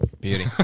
Beauty